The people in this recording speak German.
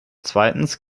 zweitens